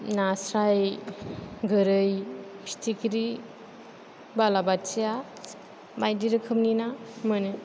नास्राय गोरै फिथिख्रि बालाबाथिया बायदि रोखोमनि ना मोनो